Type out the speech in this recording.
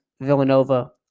Villanova